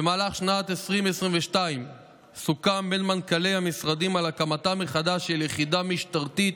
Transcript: במהלך שנת 2022 סוכם בין מנכ"לי המשרדים על הקמתה מחדש של יחידה משטרתית